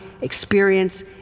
experience